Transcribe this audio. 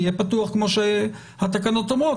יהיה פתוח כמו שהתקנות אומרות,